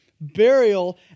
burial